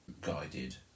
guided